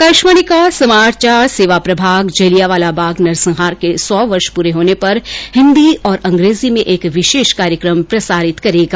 आकाशवाणी का समाचार सेवा प्रभाग जलियांवाला बाग नरसंहार के सौ वर्ष पूरे होने पर हिन्दी और अंग्रेजी में एक विशेष कार्यक्रम प्रसारित करेगा